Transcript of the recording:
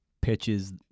pitches